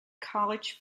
college